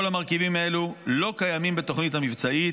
כל המרכיבים האלה לא קיימים בתוכנית המבצעית.